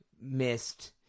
missed